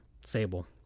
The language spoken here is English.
Sable